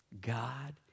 God